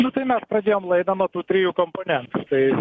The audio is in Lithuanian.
nu tai mes pradėjom laidą nuo tų trijų komponentų tai